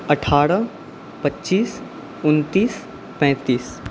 अठारह पच्चीस उन्तीस पैंतीस